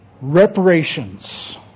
Reparations